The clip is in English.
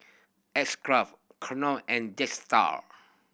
X Craft Knorr and Jetstar